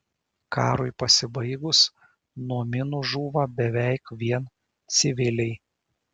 karui pasibaigus nuo minų žūva beveik vien civiliai